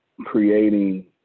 creating